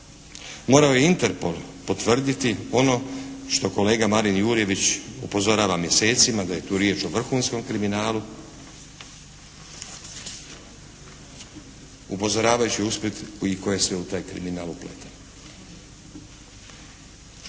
Morao je Interpol potvrditi ono što kolega Marin Jurjević upozorava mjesecima da je tu riječ o vrhunskom kriminalu, upozoravajući usput i tko je sve u taj kriminal upleten.